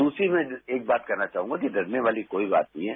दूसरी मैं एक बात कहना चाहूंगा कि डरने वाली कोई बात नही है